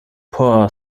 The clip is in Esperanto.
por